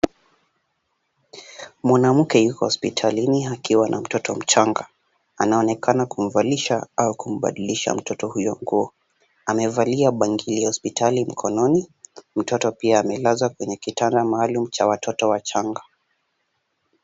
Mwanamke yuko hospitalini akiwa na mtoto mchanga. Anaonekana kumvalisha au kumbadilisha mtoto huyo nguo. Amevalia bangili ya hospitali mkononi, mtoto pia amelazwa kwenye kitanda maalum cha watoto wachanga.